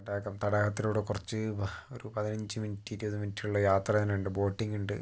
തടാകം തടാകത്തിലൂടെ കുറച്ച് ഒരു പതിനഞ്ച് മിനിറ്റ് ഇരുപത് മിനിറ്റ് ഉള്ള യാത്ര തന്നെ ഉണ്ട് ബോട്ടിംഗ് ഉണ്ട്